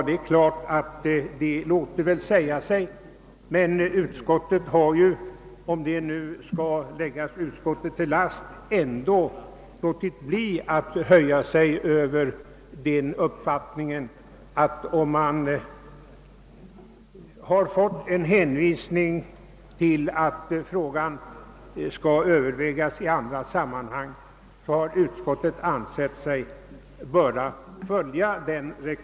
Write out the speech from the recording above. Det låter naturligtvis säga sig, men utskottet har — om det nu skall läggas utskottet till last — inte gjort det utan har ansett att om man har fått en hänvisning till att frågan skall övervägas i annat sammanhang bör man rätta sig därefter.